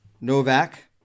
Novak